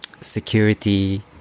security